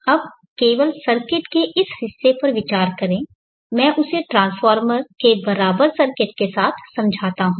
अब केवल सर्किट के इस हिस्से पर विचार करें मैं उसे ट्रांसफार्मर के बराबर सर्किट के साथ समझाता हूं